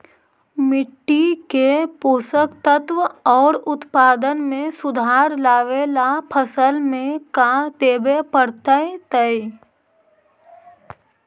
मिट्टी के पोषक तत्त्व और उत्पादन में सुधार लावे ला फसल में का देबे पड़तै तै?